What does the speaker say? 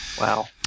Wow